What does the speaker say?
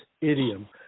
idiom